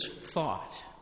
thought